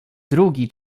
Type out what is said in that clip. drugi